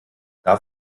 darf